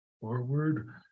forward